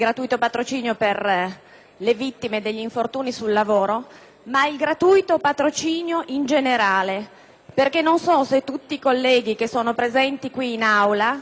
le vittime degli infortuni sul lavoro, ma il gratuito patrocinio in generale perché non so se tutti i colleghi che sono presenti in Aula sanno che